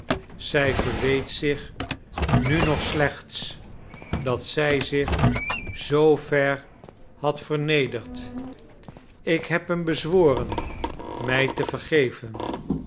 zij verweet zich nu nog slechts dat zij zich zoo ver had vernederd ik heb hem bezworen mij te vergeven